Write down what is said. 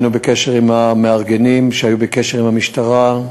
היינו בקשר עם המארגנים שהיו בקשר עם המשטרה.